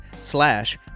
slash